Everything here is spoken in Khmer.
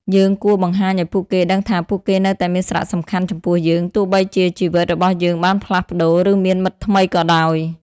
យើងគួរបង្ហាញឱ្យពួកគេដឹងថាពួកគេនៅតែមានសារៈសំខាន់ចំពោះយើង ទោះបីជាជីវិតរបស់យើងបានផ្លាស់ប្តូរ ឬមានមិត្តថ្មីក៏ដោយ។